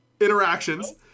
interactions